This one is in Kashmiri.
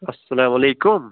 اَلسلامُ علیکُم